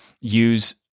use